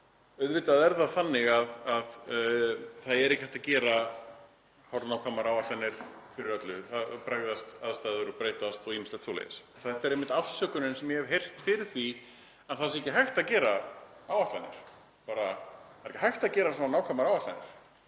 auðvitað er það þannig að það er ekki hægt að gera nákvæmar áætlanir um allt, áætlanir bregðast og aðstæður breytast og ýmislegt svoleiðis. Þetta er einmitt afsökunin sem ég hef heyrt fyrir því að það sé ekki hægt að gera áætlanir, bara ekki hægt að gera nákvæmar áætlanir.